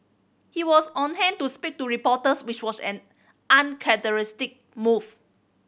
he was on hand to speak to reporters which was an move